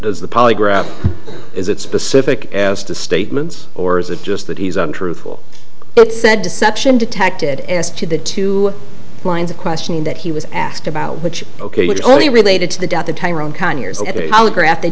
on the polygraph is it specific as to statements or is it just that he's untruthful it said deception detected as to the two lines of questioning that he was asked about which ok which only related to the death of tyrone